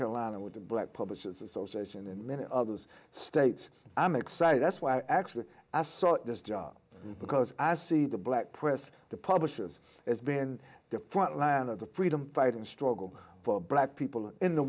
carolina with the black publishers association in minot others states i'm excited that's why actually i saw this job because i see the black press the publishers as been the front line of the freedom fight and struggle for black people in the